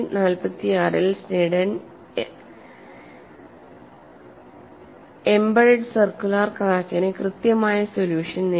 1946 ൽ Sneddon embedded circular ക്രാക്കിന് കൃത്യമായ സൊല്യൂഷൻ നേടി